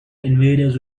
invaders